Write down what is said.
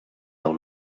del